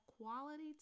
quality